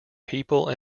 people